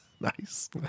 Nice